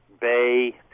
Bay